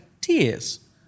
tears